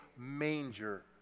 manger